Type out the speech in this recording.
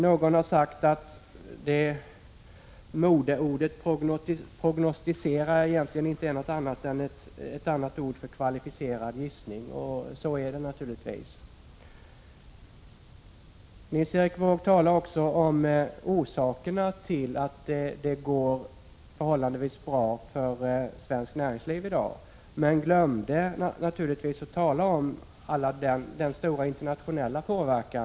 Någon har sagt att modeordet prognostisera egentligen bara är ett annat ord för att göra en kvalificerad gissning — så är det naturligtvis. Nils Erik Wååg berörde också orsakerna till att det i dag går förhållandevis bra för svenskt näringsliv men glömde naturligtvis att tala om att den internationella utvecklingen i hög grad inverkat.